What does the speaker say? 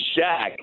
Shaq